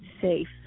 safe